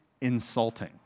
insulting